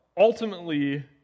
ultimately